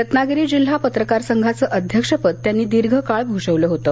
रत्नागिरी जिल्हा पत्रकार संघाचं अध्यक्षपद त्यांनी दीर्घकाळ भूषवलं होतं